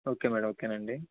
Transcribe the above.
okay madam ఓకేనండి